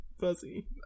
Fuzzy